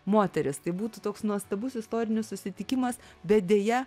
moterys tai būtų toks nuostabus istorinis susitikimas bet deja